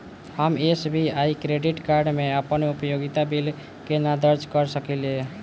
हम SBI credit card मे अप्पन उपयोगिता बिल केना दर्ज करऽ सकलिये?